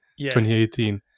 2018